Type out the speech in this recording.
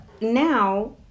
now